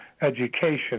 education